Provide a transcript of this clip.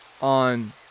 on